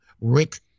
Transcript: Rick